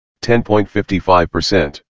10.55%